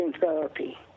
therapy